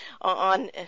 on